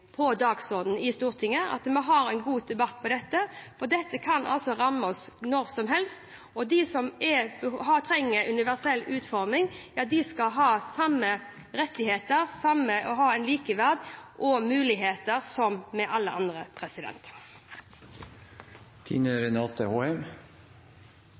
på dagsordenen i Stortinget, at vi har en god debatt om dette. Dette kan ramme oss når som helst, og de som trenger universell utforming, skal ha samme rettigheter og muligheter som alle andre. Tusen takk til statsråden for svaret. Jeg gleder meg til resten av debatten. Jeg er enig med